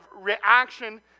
reaction